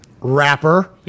rapper